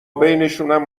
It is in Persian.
بینشونم